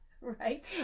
Right